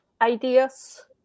ideas